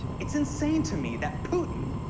it's insane to me that putin,